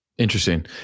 Interesting